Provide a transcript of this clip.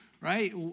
Right